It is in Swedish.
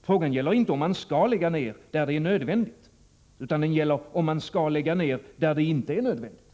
Frågan gäller inte om man skall lägga ned där det är nödvändigt, utan om man skall lägga ned där det inte är nödvändigt.